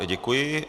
Děkuji.